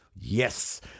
Yes